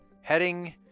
heading